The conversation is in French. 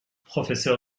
professeur